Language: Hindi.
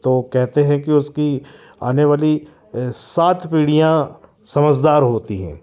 तो कहते है कि उसकी आने वाली सात पीढ़ियाँ समझदार होती है